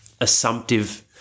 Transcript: assumptive